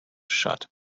shot